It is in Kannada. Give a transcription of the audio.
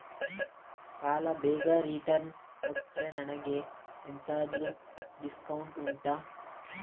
ಸಾಲ ಬೇಗ ರಿಟರ್ನ್ ಕೊಟ್ರೆ ನನಗೆ ಎಂತಾದ್ರೂ ಡಿಸ್ಕೌಂಟ್ ಉಂಟಾ